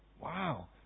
Wow